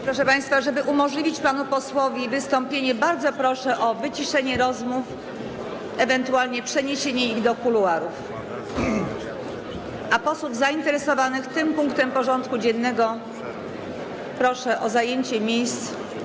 Proszę państwa, żeby umożliwić panu posłowi wystąpienie, bardzo proszę o wyciszenie rozmów, ewentualnie o przeniesienie ich do kuluarów, a posłów zainteresowanych tym punktem porządku dziennego proszę o zajęcie miejsc.